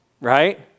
right